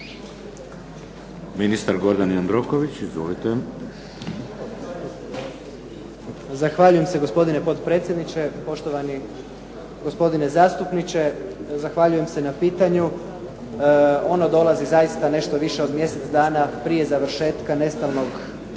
Izvolite. **Jandroković, Gordan (HDZ)** Zahvaljujem se gospodine potpredsjedniče. Poštovani gospodine zastupniče zahvaljujem se na pitanju. Ono dolazi zaista nešto više od mjesec dana prije nestalnog